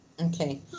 Okay